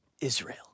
Israel